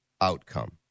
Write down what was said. outcome